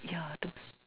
yeah though